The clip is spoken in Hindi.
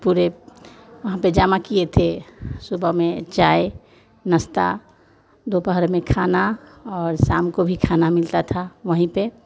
पुरे वहाँ पर जमा किए थे सुबह में चाय नाश्ता दोपहर में खाना और शाम को भी खाना मिलता था वहीं पर